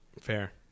Fair